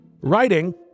writing